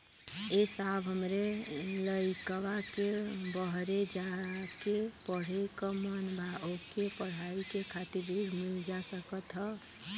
ए साहब हमरे लईकवा के बहरे जाके पढ़े क मन बा ओके पढ़ाई करे खातिर ऋण मिल जा सकत ह?